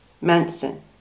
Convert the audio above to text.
Manson